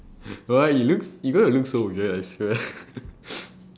why you look s~ you gonna look so weird I swear